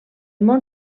món